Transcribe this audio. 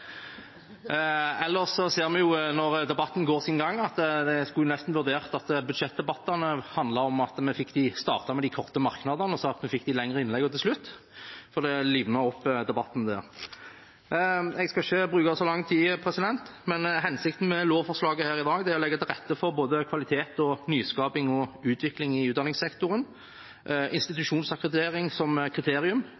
Ellers ser vi, når debatten går sin gang, at vi nesten skulle vurdert om budsjettdebattene startet med de korte merknadene, og så fikk vi de lengre innleggene til slutt, for det liver opp debatten. Jeg skal ikke bruke så lang tid. Hensikten med lovforslaget her i dag er å legge til rette for både kvalitet, nyskaping og utvikling i utdanningssektoren.